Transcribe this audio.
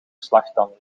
slagtanden